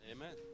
Amen